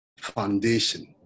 foundation